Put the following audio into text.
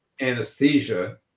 anesthesia